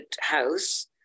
house